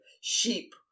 sheep